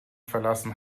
verlassen